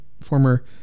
former